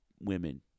women